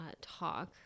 talk